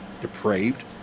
depraved